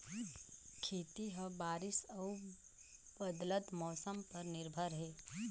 खेती ह बारिश अऊ बदलत मौसम पर निर्भर हे